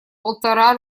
полтора